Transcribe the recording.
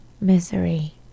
misery